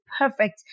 perfect